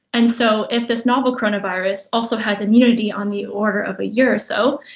and so if this novel coronavirus also has immunity on the order of a year or so,